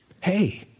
Hey